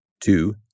Two